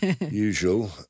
usual